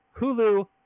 hulu